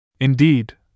Indeed